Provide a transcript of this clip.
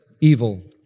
evil